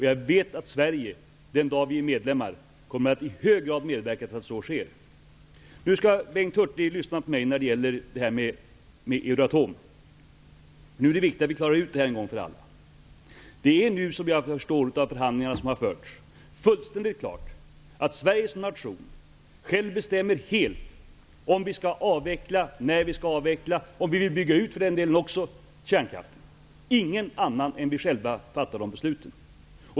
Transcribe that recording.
Jag vet att vi, den dag Sverige är medlem, i hög grad kommer att medverka till att så sker. Bengt Hurtig skall nu lyssna på mig när det gäller Euratom. Det är viktigt att vi klarar ut det här en gång för alla. Det är nu, enligt vad jag förstår av förhandlingarna, fullständigt klart att Sverige som nation själv bestämmer helt om och när vi skall avveckla kärnkraften, eller för den delen om vi vill bygga ut den. Ingen annan än vi själva fattar de besluten.